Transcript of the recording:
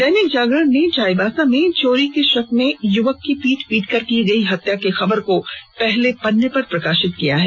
दैनिक जागरण ने चाईबासा में चोरी के शक में युवक की पीट पीटकर की गई हत्या की खबर को पहले पन्ने पर छापा है